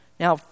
Now